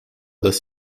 dass